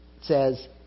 says